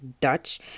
Dutch